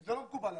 זה לא מקובל עליי.